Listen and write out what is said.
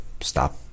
stop